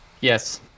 Yes